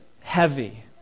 heavy